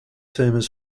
famous